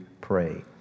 pray